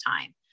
time